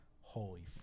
holy